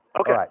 okay